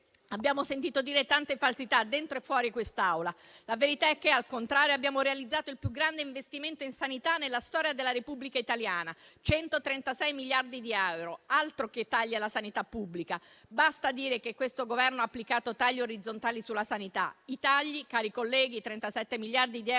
abbiamo sentito dire tante falsità, dentro e fuori quest'Aula. La verità è che, al contrario, abbiamo realizzato il più grande investimento in sanità nella storia della Repubblica italiana: 136 miliardi di euro (altro che tagli alla sanità pubblica). Basta dire che questo Governo ha applicato tagli orizzontali sulla sanità. I tagli, cari colleghi, 37 miliardi di euro